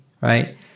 right